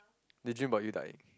they dream about you dying